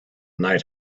night